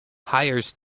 hires